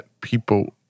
people